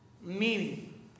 meaning